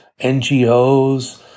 NGOs